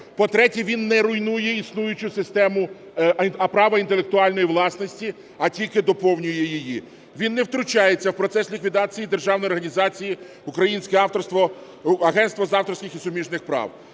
По-третє, він не руйнує існуючу систему права інтелектуальної власності, а тільки доповнює її. Він не втручається в процес ліквідації державної організації українське авторство, агентство з авторських і суміжних прав.